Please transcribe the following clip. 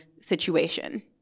situation